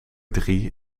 drie